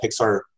Pixar